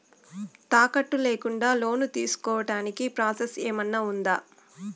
తాకట్టు లేకుండా లోను తీసుకోడానికి ప్రాసెస్ ఏమన్నా ఉందా?